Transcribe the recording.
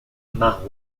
más